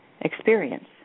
experience